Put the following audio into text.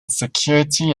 security